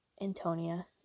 Antonia